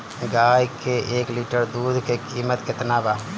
गाय के एक लीटर दूध के कीमत केतना बा?